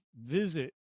visit